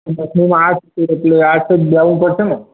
તો પછી હું આર્ટસ છું એટલે આર્ટસ જ જવું પડશે ને